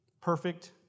perfect